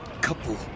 couple